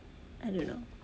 I don't know